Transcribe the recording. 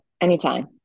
Anytime